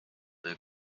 või